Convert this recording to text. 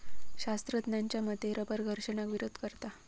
शास्त्रज्ञांच्या मते रबर घर्षणाक विरोध करता